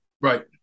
Right